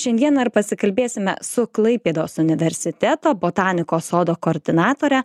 šiandieną ir pasikalbėsime su klaipėdos universiteto botanikos sodo koordinatore